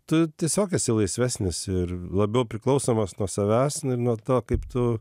tu tiesiog esi laisvesnis ir labiau priklausomas nuo savęs na ir nuo to kaip tu